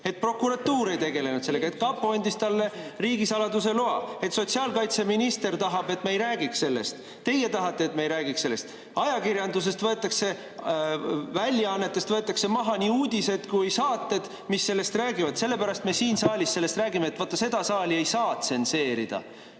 Et prokuratuur ei tegelenud sellega. Et kapo andis talle riigisaladuse loa. Et sotsiaalkaitseminister tahab, et me ei räägiks sellest. Et teie tahate, et me ei räägiks sellest. Ajakirjandusväljaannetest võetakse maha nii uudised kui saated, mis sellest räägivad. Sellepärast me siin saalis sellest räägime, et vaat seda saali ei saa tsenseerida.